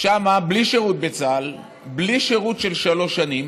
שם בלי שירות בצה"ל, בלי שירות של שלוש שנים,